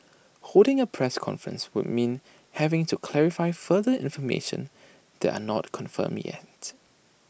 holding A press conference would mean having to clarify further information that are not confirmed yet